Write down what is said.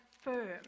firm